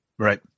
Right